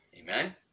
Amen